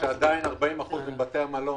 שעדין 40% מבתי המלון